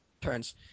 turns